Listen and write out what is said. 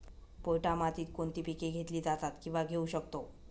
पोयटा मातीत कोणती पिके घेतली जातात, किंवा घेऊ शकतो?